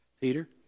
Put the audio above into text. Peter